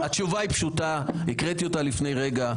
התשובה היא פשוטה, הקראתי אותה לפני רגע.